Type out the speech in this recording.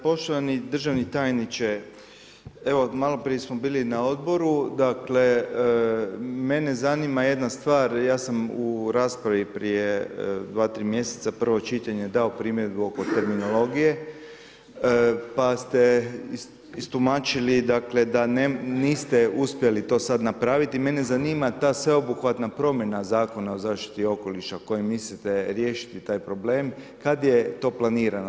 Poštovani državni tajniče, evo maloprije smo bili na odboru, mene zanima jedna stvar, ja sam u raspravi prije 2, 3 mjeseca prvo čitanje dao primjedbu oko terminologije pa ste istumačili da niste uspjeli to sad napraviti, mene zanima ta sveobuhvatna promjena Zakona o zaštiti okoliša u kojem mislite riješiti ta problem, kad je to planirano?